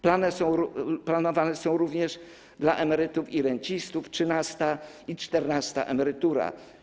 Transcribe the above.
Planowane są również dla emerytów i rencistów trzynasta i czternasta emerytura.